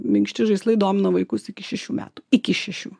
minkšti žaislai domina vaikus iki šešių metų iki šešių